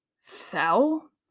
fell